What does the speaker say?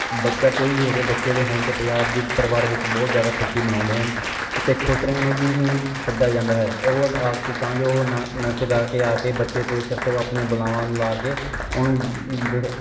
ਬੱਚਾ ਕੋਈ ਵੀ ਹੋਵੇ ਬੱਚੇ ਦੇ ਹੋਣ 'ਤੇ ਪੰਜਾਬ ਦੇ ਪਰਿਵਾਰ ਵਿੱਚ ਬਹੁਤ ਜ਼ਿਆਦਾ ਖੁਸ਼ੀ ਮਨਾਉਂਦੇ ਹਨ ਅਤੇ ਖੁਸਰਿਆਂ ਨੂੰ ਵੀ ਵੀ ਸੱਦਿਆ ਜਾਂਦਾ ਹੈ ਉਹ ਆ ਕੇ ਤਾਂ ਜੋ ਉਹ ਨੱਚ ਗਾ ਕੇ ਆ ਕੇ ਬੱਚੇ 'ਤੇ ਸਿਰ ਤੋਂ ਆਪਣੀਆਂ ਬੁਲਾਵਾਂ ਲਾ ਕੇ ਉਹਨੂੰ ਦ